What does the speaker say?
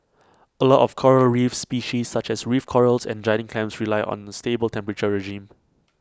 A lot of Coral reef species such as reef corals and giant clams rely on A stable temperature regime